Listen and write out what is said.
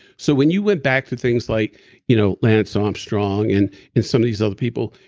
so when you went back to things like you know lance armstrong and and some of these other people,